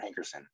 Hankerson